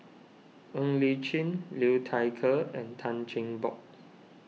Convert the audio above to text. Ng Li Chin Liu Thai Ker and Tan Cheng Bock